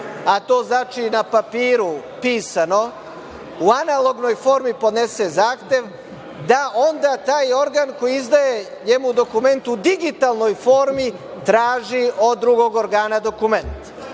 a to znači na papiru, pisano, u analognoj formi podnese zahtev, da onda taj organ koji izdaje njemu dokument u digitalnoj formi traži od drugog organa dokument.